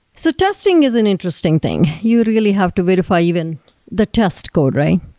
so testing is an interesting thing. you really have to verify even the test code, right?